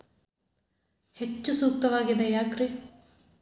ಹೆಚ್ಚು ಸೂಕ್ತವಾಗಿದೆ ಯಾಕ್ರಿ?